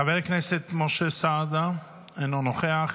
חבר הכנסת משה סעדה, אינו נוכח,